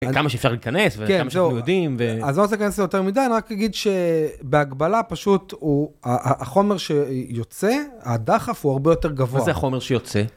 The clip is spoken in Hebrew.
כמה שאפשר להיכנס, וכמה שאנחנו יודעים, ו... אז לא רוצה להיכנס לזה יותר מדי, אני רק אגיד שבהגבלה פשוט הוא... החומר שיוצא, הדחף הוא הרבה יותר גבוה. מה זה החומר שיוצא?